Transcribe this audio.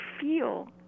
feel